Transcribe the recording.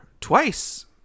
twice